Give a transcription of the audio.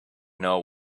know